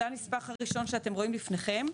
זה הנספח הראשון שאתם רואים לפניכם.